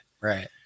Right